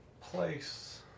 place